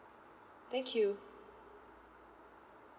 thank you